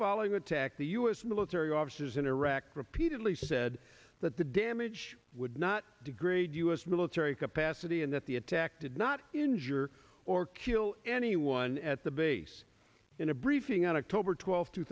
attack the u s military officers in iraq repeatedly said that the damage would not degrade u s military capacity and that the attack did not injure or kill anyone at the base in a briefing on october twelfth two